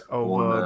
over